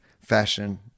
fashion